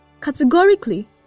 categorically